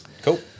Cool